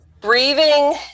breathing